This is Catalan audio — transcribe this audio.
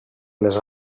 les